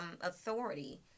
authority